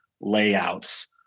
layouts